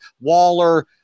Waller